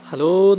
Hello